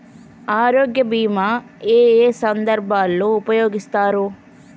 ఆరోగ్య బీమా ఏ ఏ సందర్భంలో ఉపయోగిస్తారు?